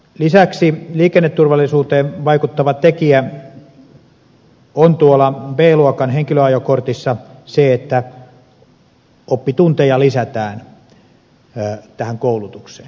lisäksi liikenneturvallisuuteen vaikuttava tekijä on b luokan henkilöajokortissa se että oppitunteja lisätään tähän koulutukseen